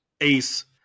ace